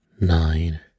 nine